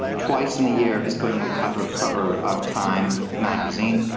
twice in a year he's put on the cover cover of time magazine.